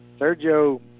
Sergio